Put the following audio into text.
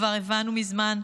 כבר הבנו מזמן,